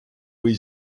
või